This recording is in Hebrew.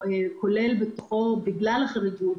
בגלל החריגות,